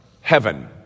heaven